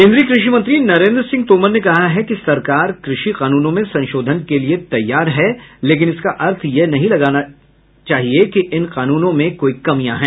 केन्द्रीय कृषि मंत्री नरेन्द्र सिंह तोमर ने कहा है कि सरकार कृषि कानूनों में संशोधन के लिए तैयार है लेकिन इसका अर्थ यह नहीं लगाया जाना चाहिए कि इन कानूनों में कोई कमियां हैं